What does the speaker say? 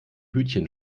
hütchen